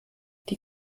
die